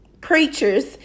creatures